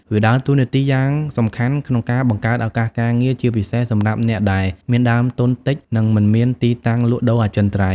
វាដើរតួនាទីយ៉ាងសំខាន់ក្នុងការបង្កើតឱកាសការងារ ជាពិសេសសម្រាប់អ្នកដែល មានដើមទុនតិច និងមិនមានទីតាំងលក់ដូរអចិន្ត្រៃយ៍។